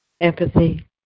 empathy